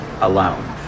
alone